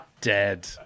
dead